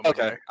Okay